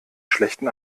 schlechten